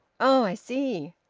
oh! i see!